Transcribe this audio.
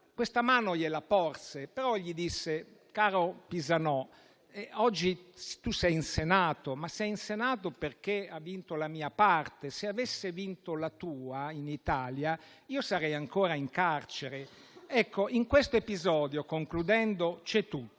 porse la mano, ma gli disse: «Caro Pisanò, oggi tu sei in Senato, ma sei in Senato perché ha vinto la mia parte. Se avesse vinto la tua in Italia, io sarei ancora in carcere». Ecco, in questo episodio c'è tutto